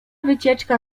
wycieczka